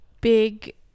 big